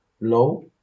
low